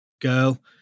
girl